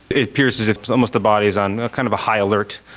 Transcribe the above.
it appears as if almost the body is on kind of a high alert,